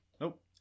Nope